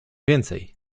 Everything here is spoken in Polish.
więcej